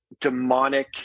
demonic